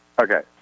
Okay